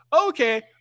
Okay